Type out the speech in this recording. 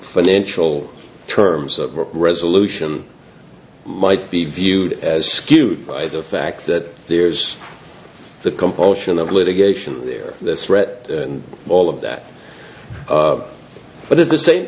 financial terms of a resolution might be viewed as skewed by the fact that there's the compulsion of litigation there this threat and all of that of but at the same